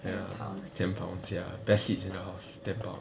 ya ten pounds best seats in the house ten pounds